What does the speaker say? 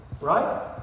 right